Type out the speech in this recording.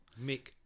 Mick